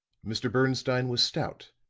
mr. bernstine was stout,